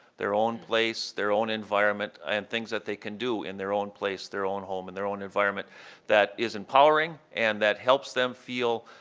their own place, their own environment, and things that they can do in their own place, their own home, and their own environment that is empowering and that helps them feel,